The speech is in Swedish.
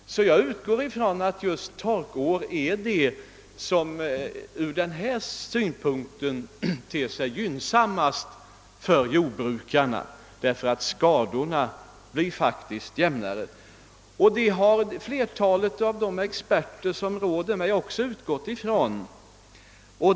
Jag utgår alltså från att torkår är det som från denna synpunkt ter sig gynnsammast för jordbrukarna, därför att skadorna faktiskt blir jämnare. Det har flertalet av de experter som råder mig också utgått från.